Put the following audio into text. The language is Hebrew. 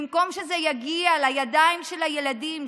במקום שזה יגיע לידיים של הילדים,